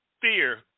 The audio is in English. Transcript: fear